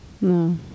No